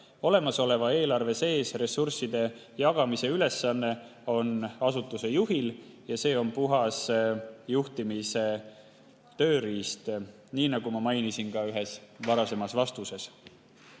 Olemasoleva eelarve sees ressursside jagamise ülesanne on asutuse juhil ja see on puhas juhtimise tööriist. Nii ma mainisin ka ühes varasemas vastuses.